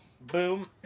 Boom